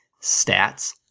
Stats